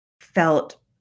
felt